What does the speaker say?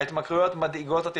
ההתמכרויות מדאיגות אותי,